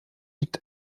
liegt